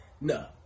No